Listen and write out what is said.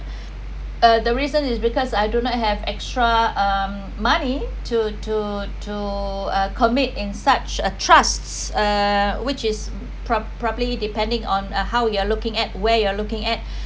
uh the reason is because I do not have extra um money to to to uh commit in such a trusts uh which is prob~ probably depending on uh how you are looking at where you're looking at